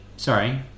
Sorry